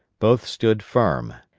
both stood firm,